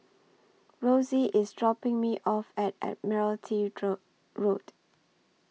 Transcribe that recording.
Rosie IS dropping Me off At Admiralty Road